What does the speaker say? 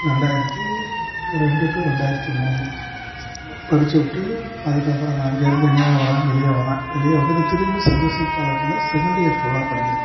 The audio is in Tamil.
ரெண்டாயிரத்து ரெண்டு டு ரெண்டாயிரத்து மூணு படிச்சுப்புட்டு அதுக்கப்புறம் நான் அங்கிருந்து எங்கெங்கே போகிறேன் வெளியே வர்றேன் வெளியே வந்துட்டு திரும்பி செண்ட் ஜோசப் காலேஜ்ஜில் செகண்ட் இயர் ஃபுல்லாக படிக்கிறேன்